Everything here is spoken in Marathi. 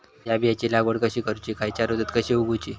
हया बियाची लागवड कशी करूची खैयच्य ऋतुत कशी उगउची?